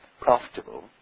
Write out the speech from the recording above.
profitable